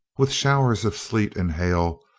with showers of sleet and hail,